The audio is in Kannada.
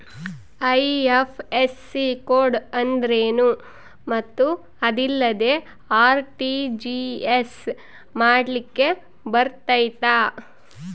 ಐ.ಎಫ್.ಎಸ್.ಸಿ ಕೋಡ್ ಅಂದ್ರೇನು ಮತ್ತು ಅದಿಲ್ಲದೆ ಆರ್.ಟಿ.ಜಿ.ಎಸ್ ಮಾಡ್ಲಿಕ್ಕೆ ಬರ್ತೈತಾ?